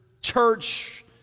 church